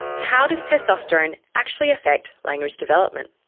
how does testosterone actually affect language development?